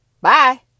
Bye